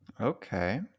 Okay